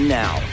now